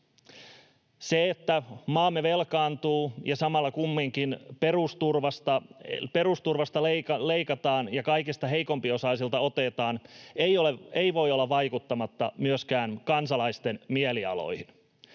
Se, että maamme velkaantuu ja samalla kumminkin perusturvasta leikataan ja kaikista heikompiosaisilta otetaan, ei voi olla vaikuttamatta myöskään kansalaisten mielialoihin.